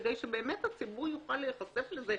כדי שהציבור יוכל להיחשף לזה,